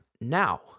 Now